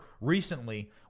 recently